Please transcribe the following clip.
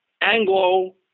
anglo